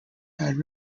had